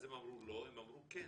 אז הם אמרו לא, הם אמרו כן.